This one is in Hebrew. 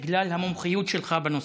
בגלל המומחיות שלך בנושא.